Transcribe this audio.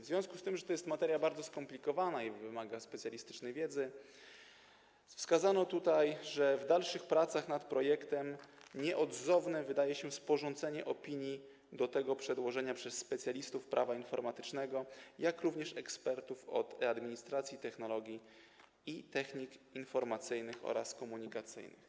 W związku z tym, że to jest materia bardzo skomplikowana i wymaga specjalistycznej wiedzy, wskazano tutaj, że w dalszych pracach nad projektem nieodzowne wydaje się sporządzenie opinii w sprawie tego przedłożenia przez specjalistów prawa informatycznego, jak również ekspertów od e-administracji, technologii i technik informacyjnych oraz komunikacyjnych.